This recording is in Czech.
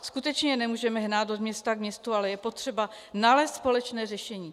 Skutečně je nemůžeme hnát od města k městu, ale je potřeba nalézt společné řešení.